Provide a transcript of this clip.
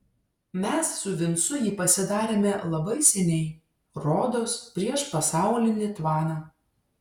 mes su vincu jį pasidarėme labai seniai rodos prieš pasaulinį tvaną